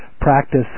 practice